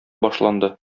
башланды